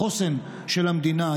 החוסן של המדינה,